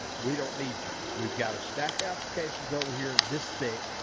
we don't need you. we've got a stack applications over here this thick,